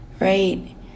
right